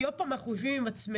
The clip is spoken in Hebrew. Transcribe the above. כי עוד פעם אנחנו יושבים עם עצמנו,